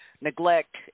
neglect